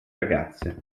ragazze